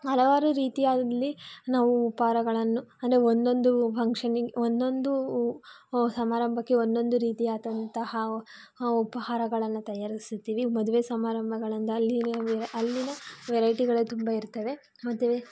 ಹಲವಾರು ರೀತಿಯಲ್ಲಿ ನಾವು ಉಪಹಾರಗಳನ್ನು ಅಂದರೆ ಒಂದೊಂದು ಫಂಕ್ಷನಿಗೆ ಒಂದೊಂದು ಸಮಾರಂಭಕ್ಕೆ ಒಂದೊಂದು ರೀತಿಯಾದಂತಹ ಉಪಹಾರಗಳನ್ನು ತಯಾರಿಸುತ್ತೀವಿ ಮದುವೆ ಸಮಾರಂಭಗಳಂದೆ ಅಲ್ಲಿನ ಅಲ್ಲಿನ ವೆರೈಟಿಗಳೇ ತುಂಬ ಇರ್ತವೆ ಮತ್ತೆ